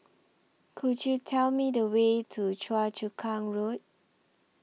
Could YOU Tell Me The Way to Choa Chu Kang Road